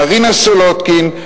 מרינה סולודקין,